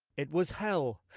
it was hell.